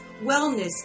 wellness